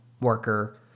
worker